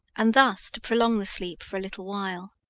and thus to prolong the sleep for a little while.